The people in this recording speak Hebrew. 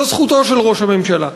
זו זכותו של ראש הממשלה.